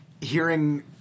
hearing